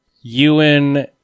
Ewan